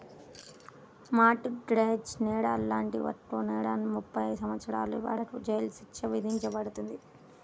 mart gauge నేరాలు లాంటి ఒక్కో నేరానికి ముప్పై సంవత్సరాల వరకు జైలు శిక్ష విధించబడుతుంది